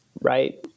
Right